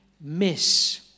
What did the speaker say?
miss